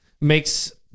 makes